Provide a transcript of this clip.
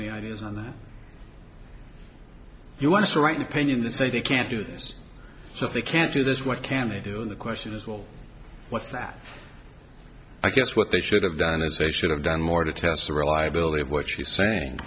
the ideas on the you want to write an opinion the say they can't do this so if they can't do this what can they do the question is well what's that i guess what they should have done is they should have done more to test the reliability of what she's saying